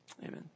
Amen